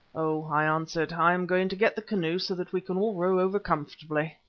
oh! i answered, i am going to get the canoe so that we can all row over comfortably.